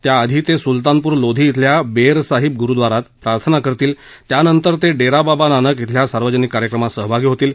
त्याआधी ते सुल्तानपूर लोधी शिल्या बेर साहिब गुरुद्वारात प्रार्थना करतील त्यानंतर ते डेराबाबा नानक श्विल्या सार्वजनिक कार्यक्रमात सहभागी होतील